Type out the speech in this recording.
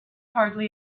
hardly